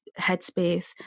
headspace